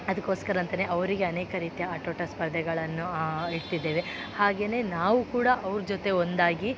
ಅದಕ್ಕೋಸ್ಕರ ಅಂತಲೇ ಅವರಿಗೆ ಅನೇಕ ರೀತಿಯ ಆಟೋಟ ಸ್ಪರ್ಧೆಗಳನ್ನು ಇಟ್ಟಿದ್ದೇವೆ ಹಾಗೆಯೇ ನಾವು ಕೂಡ ಅವ್ರ ಜೊತೆ ಒಂದಾಗಿ